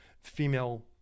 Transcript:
female